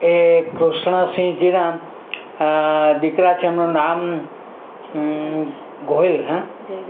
એ કૃષ્ણસિંહજીના દીકરા છે એમનું નામ ગોહિલ હં